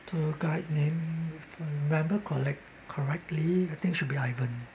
tour guide name if I remember correct correctly I think should be ivan